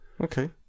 Okay